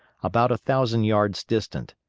about a thousand yards distant.